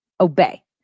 obey